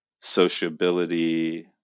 sociability